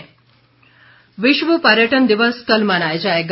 पर्यटन दिवस विश्व पर्यटन दिवस कल मनाया जाएगा